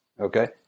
okay